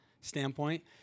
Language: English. standpoint